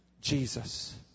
Jesus